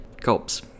cops